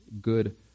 good